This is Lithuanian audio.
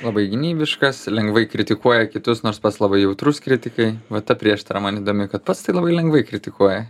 labai gynybiškas lengvai kritikuoja kitus nors pats labai jautrus kritikai va ta prieštara man įdomi kad pats tai labai lengvai kritikuoja